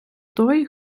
той